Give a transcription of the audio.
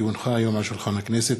כי הונחה היום על שולחן הכנסת,